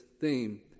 theme